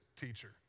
teacher